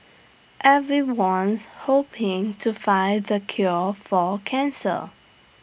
everyone's hoping to find the cure for cancer